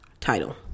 Title